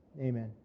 Amen